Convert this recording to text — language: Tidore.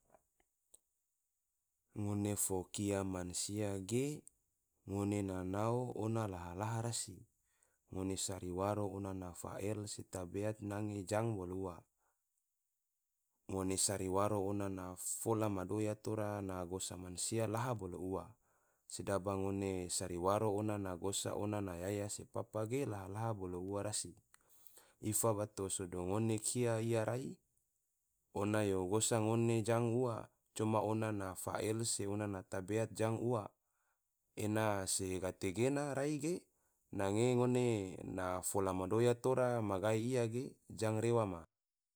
Ngone fo kia mansia ge, ngone na nao oa laha-laha rasi, ngone sari waro ona na fael, se tabeat nange jang bolo ua, ngone sari waro ona na fola ma doya tora na gosa mansia laha bolo ua, sedaba ngone sari waro ona na gosa ona na yaya se papa ge laha-laha bolo ua rasi, ifa bato sodo ngone kia ia rai, ona yo gosa ngone jang ua, coma ona na fael se ona na tabeat jang ua, ena se gate gena rai ge, nage ngone na fola ma doya tora ma gai ia ge jang rewa ma